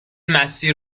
مسیر